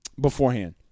beforehand